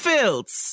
Fields